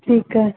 ਠੀਕ ਹੈ